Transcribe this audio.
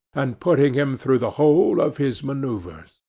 and putting him through the whole of his manoeuvres.